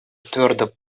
твердо